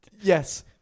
Yes